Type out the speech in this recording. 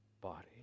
body